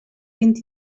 vint